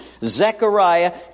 Zechariah